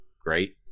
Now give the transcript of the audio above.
great